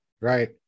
right